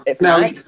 Now